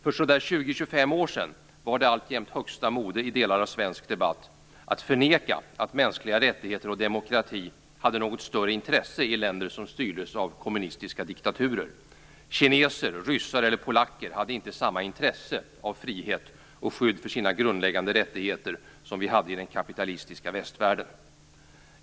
För 20-25 år sedan var det alltjämt högsta mode i delar av svensk debatt att förneka att mänskliga rättigheter och demokrati hade något större intresse i länder som styrdes av kommunistiska diktaturer. Kineser, ryssar eller polacker hade inte samma intresse av frihet och skydd för sina grundläggande rättigheter som vi hade i den kapitalistiska västvärlden.